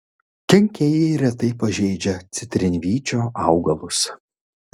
kenkėjai retai pažeidžia citrinvyčio augalus